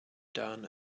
done